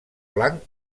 blanc